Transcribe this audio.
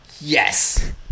yes